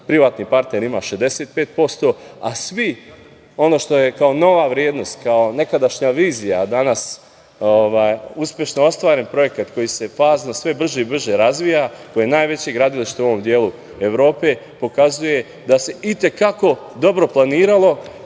privatni partner ima 65%, a svi, ono što je kao nova vrednost, kao nekadašnja vizija a danas uspešno ostvaren projekat koji se fazno sve brže i brže razvija, koje je najveće gradilište u ovom delu Evrope, pokazuje da se i te kako dobro planiralo